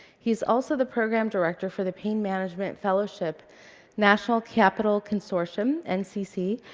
he's also the program director for the pain management fellowship national capital consortium, ncc,